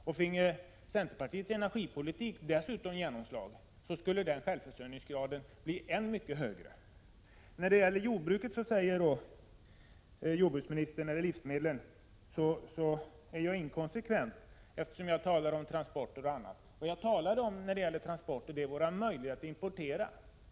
Och om centerpartiets energipolitik finge genomslag, skulle graden av självförsörjning på det här området bli än högre. Jordbruksministern säger att jag är inkonsekvent när det gäller livsmedlen, eftersom jag talar om transporter o. d. Det jag sade beträffande transporter gäller våra möjligheter att importera.